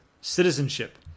citizenship